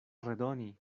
redoni